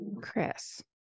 Chris